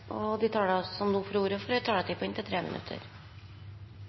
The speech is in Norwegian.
det. De talere som heretter får ordet, har en taletid på inntil 3 minutter.